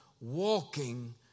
walking